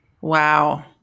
Wow